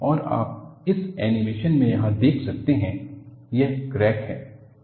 और आप इस एनीमेशन में यहां देख सकते हैं यह क्रैक है